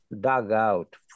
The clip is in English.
dugout